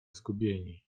zgubieni